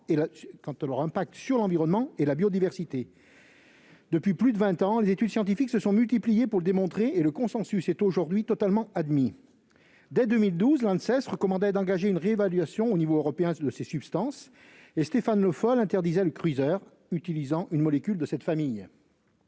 quant à leur impact sur l'environnement et la biodiversité. Pendant plus de vingt ans, les études scientifiques se sont multipliées pour le démontrer. Le consensus est aujourd'hui total. Dès 2012, l'Anses recommandait d'engager une réévaluation de ces substances au niveau européen, et Stéphane Le Foll interdisait le Cruiser, pesticide utilisant une molécule de cette famille.